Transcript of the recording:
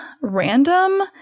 random